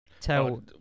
tell